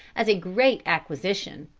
as a great acquisition,